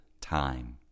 time